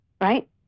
right